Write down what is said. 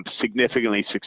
significantly